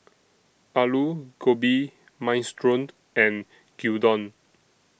Alu Gobi Minestrone and Gyudon